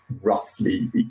roughly